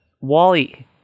Wally